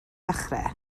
dechrau